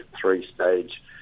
three-stage